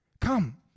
Come